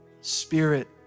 spirit